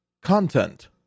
content